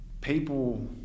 people